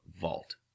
vault